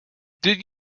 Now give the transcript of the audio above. did